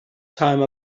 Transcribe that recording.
time